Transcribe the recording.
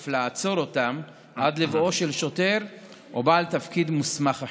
אף לעצור אותם עד לבואו של שוטר או בעל תפקיד מוסמך אחר.